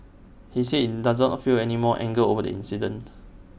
he said does not feel any more anger over the accident